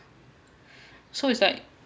so it's like